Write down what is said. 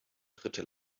dritte